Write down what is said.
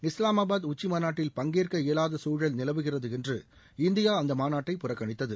இஸ்லாமாபாத் உச்சிமாநாட்டில் பங்கேற்க இயலாத சூழல் நிலவுகிறது என்று இந்தியா அந்த மாநாட்டை புறக்கணித்தது